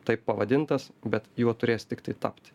taip pavadintas bet juo turės tiktai tapti